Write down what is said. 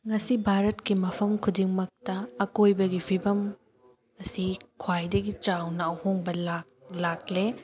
ꯉꯁꯤ ꯚꯥꯔꯠꯀꯤ ꯃꯐꯝ ꯈꯨꯗꯤꯡꯃꯛꯇ ꯑꯀꯣꯏꯕꯒꯤ ꯐꯤꯕꯝ ꯑꯁꯤ ꯈ꯭ꯋꯥꯏꯗꯒꯤ ꯆꯥꯎꯅ ꯑꯍꯣꯡꯕ ꯂꯥꯛ ꯂꯥꯛꯂꯦ